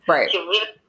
Right